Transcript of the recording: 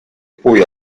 poi